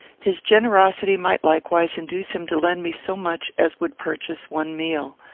his generosity might likewise induce him to lend me so much as would purchase one meal.